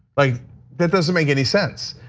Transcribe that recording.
like that doesn't make any sense.